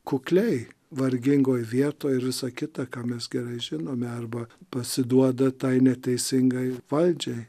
kukliai vargingoj vietoj ir visa kita ką mes gerai žinome arba pasiduoda tai neteisingai valdžiai